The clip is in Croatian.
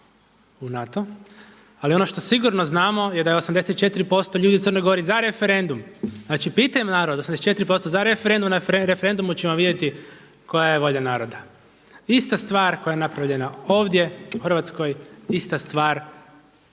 u NATO, ali ono što sigurno znamo je da je 84% ljudi u Crnoj Gori za referendum. Znači … naroda 84% a na referendumu ćemo vidjeti koja je volja naroda. Ista stvar koja je napravljena ovdje u Hrvatskoj, ista stvar